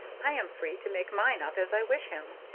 i am free to make mine up as i wish him.